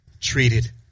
treated